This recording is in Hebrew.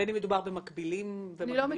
בין אם מדובר במקבילים ובמקבילות?